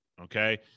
okay